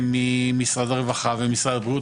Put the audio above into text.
וממשרד הרווחה וממשרד הבריאות.